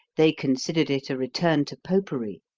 they considered it a return to popery.